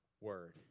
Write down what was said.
word